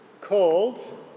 called